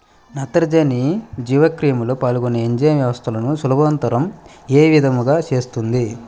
నత్రజని జీవక్రియలో పాల్గొనే ఎంజైమ్ వ్యవస్థలను సులభతరం ఏ విధముగా చేస్తుంది?